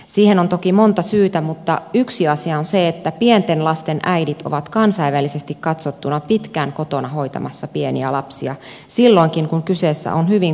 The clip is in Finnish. siihen on toki monta syytä mutta yksi asia on se että pienten lasten äidit ovat kansainvälisesti katsottuna pitkään kotona hoitamassa pieniä lapsia silloinkin kun kyseessä on hyvin koulutettu nainen